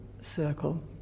circle